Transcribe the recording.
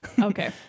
Okay